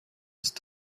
ist